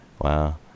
Wow